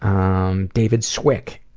um, david swick